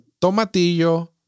tomatillo